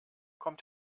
kommt